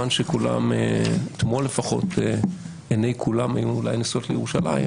אתמול עיני כולם היו נשואות לירושלים,